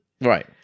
Right